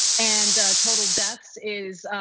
and total deaths is,